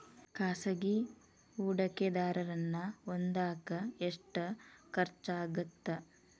ಖಾಸಗಿ ಹೂಡಕೆದಾರನ್ನ ಹೊಂದಾಕ ಎಷ್ಟ ಖರ್ಚಾಗತ್ತ